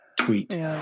tweet